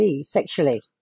sexually